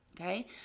okay